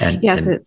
Yes